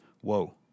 Whoa